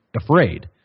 afraid